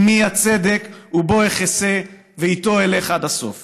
עימי הצדק ובו אחסה ואיתו אלך עד הסוף.